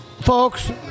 folks